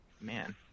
man